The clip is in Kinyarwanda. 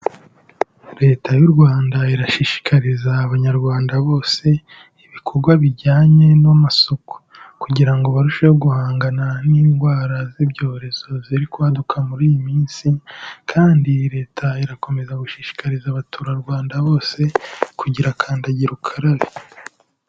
Leta y'u Rwanda irashishikariza abanyarwanda bose ibikorwa bijyanye n'amasuku kugira ngo barusheho guhangana n'indwara z'ibyorezo ziri kwaduka muri iyi minsi kandi leta irakomeza gushishikariza abaturarwanda bose kugira kandagira ukarabe.